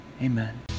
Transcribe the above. Amen